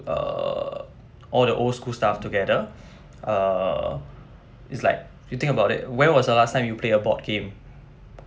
err all the old school stuff together uh it's like if you think about it when was the last time you play a board game